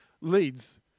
leads